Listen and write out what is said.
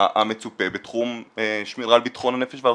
המצופה בתחום שמירה על ביטחון הנפש והרכוש.